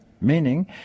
meaning